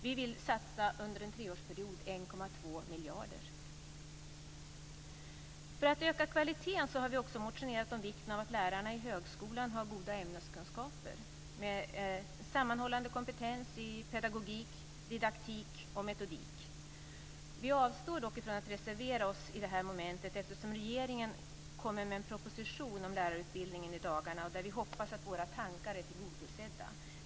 Vi vill satsa under en treårsperiod 1,2 För att öka kvaliteten har vi också motionerat om vikten av att lärarna i högskolan har goda ämneskunskaper med en sammanhållande kompetens i pedagogik, didaktik och metodik. Vi avstår dock från att reservera oss i detta moment eftersom regeringen kommer med en proposition om lärarutbildningen i dagarna där vi hoppas att våra tankar är tillgodosedda.